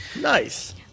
Nice